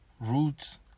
roots